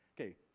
Okay